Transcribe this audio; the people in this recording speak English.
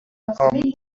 opportunity